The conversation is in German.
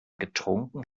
getrunken